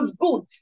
good